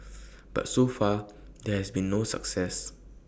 but so far there has been no success